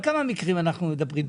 על כמה מקרים אנחנו מדברים?